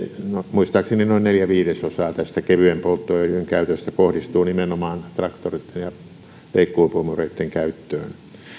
muistaakseni noin neljä viidesosaa tästä kevyen polttoöljyn käytöstä kohdistuu nimenomaan traktoreitten ja leikkuupuimureitten käyttöön